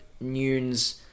Nunes